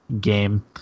game